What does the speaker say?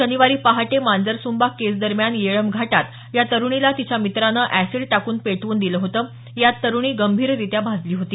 शनिवारी पहाटे मांजरसंबा केज दरम्यान येळंबघाटात या तरुणीला तिच्या मित्राने अॅसीड टाकून पेटवून दिलं होतं यात तरुणी गंभीररित्या भाजली होती